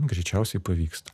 greičiausiai pavyksta